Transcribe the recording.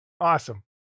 Awesome